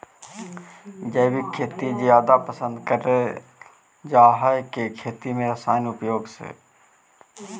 जैविक खेती जादा पसंद करल जा हे खेती में रसायन उपयोग करे से